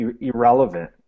irrelevant